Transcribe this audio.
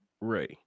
Ray